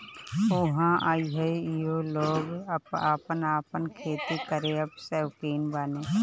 ऊहाँ अबहइयो लोग आपन आपन खेती करे कअ सौकीन बाने